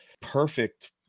perfect